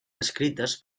descrites